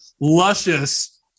luscious